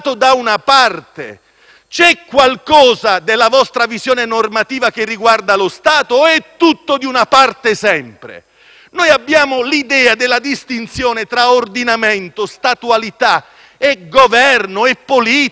C'è qualcosa della vostra visione normativa che riguarda lo Stato o è tutto di una parte sempre? Noi abbiamo l'idea della distinzione tra ordinamento, statualità, Governo, politica e maggioranza.